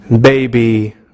baby